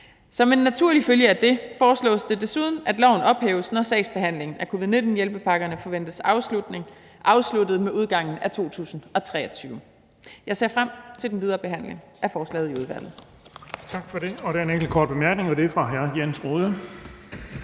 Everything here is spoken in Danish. Som en naturlig følge af det foreslås det desuden, at loven ophæves, når sagsbehandlingen af covid-19-hjælpepakkerne forventes afsluttet med udgangen af 2023. Jeg ser frem til den videre behandling af forslaget i udvalget.